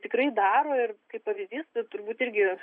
tikrai daro ir kaip pavyzdys turbūt irgi